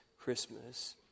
Christmas